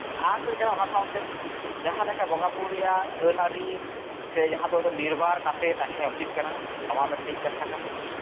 ᱟᱨ ᱪᱮᱫ ᱠᱟᱱᱟ ᱚᱱᱟ ᱥᱟᱶᱛᱮ ᱡᱟᱦᱟᱸ ᱞᱮᱠᱟ ᱵᱚᱸᱜᱟᱼᱵᱩᱨᱩ ᱨᱮᱭᱟᱜ ᱟᱹᱱ ᱟᱹᱨᱤ ᱥᱮ ᱡᱟᱦᱟᱸ ᱫᱚ ᱱᱤᱨᱵᱟᱨ ᱠᱟᱛᱮᱜ ᱛᱟᱦᱮᱸ ᱩᱪᱤᱛ ᱠᱟᱱᱟ ᱱᱚᱣᱟ ᱢᱤᱫᱴᱤᱡ ᱠᱟᱛᱷᱟ ᱠᱟᱱᱟ